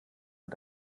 und